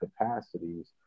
capacities